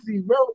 bro